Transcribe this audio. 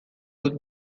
dut